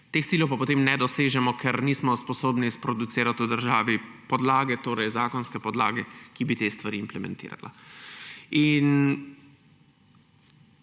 teh ciljev pa potem ne dosežemo, ker nismo sposobni sproducirati v državi zakonske podlage, ki bi te stvari implementirala.